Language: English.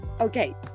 Okay